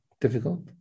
difficult